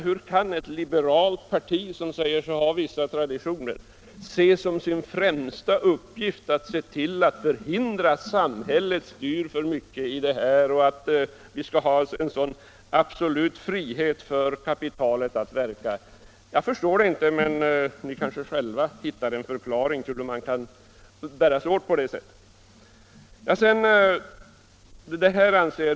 Hur kan ett liberalt parti, som säger sig ha vissa traditioner, se som sin främsta uppgift att se till att förhindra att samhället styr för mycket eller kräva att vi skall ha en absolut frihet för kapitalet att verka? Jag förstår det inte, men ni kanske själva hittar en förklaring till hur man kan bära sig åt på det sättet.